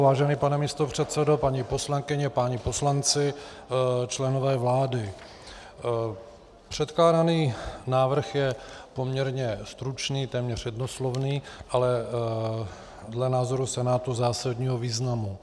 Vážený pane místopředsedo, paní poslankyně, páni poslanci, členové vlády, předkládaný návrh je poměrně stručný, téměř jednoslovný, ale dle názoru Senátu zásadního významu.